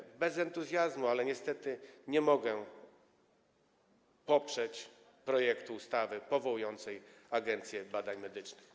Mówię to bez entuzjazmu, ale niestety nie mogę poprzeć projektu ustawy powołującej Agencję Badań Medycznych.